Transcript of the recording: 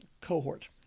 cohort